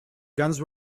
guns